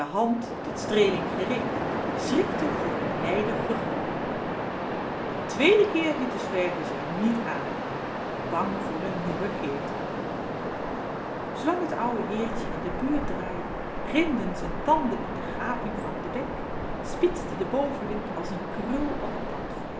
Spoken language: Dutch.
tot streeling gereed schrikte voor het nijdig gegrom n twééden keer liet de zwerver zich niet aanhalen bang voor n nieuwen ketel zoolang t ouwe heertje in de buurt draaide grimden z'n tanden in de gaping van den bek spitste de bovenlip als n krul op t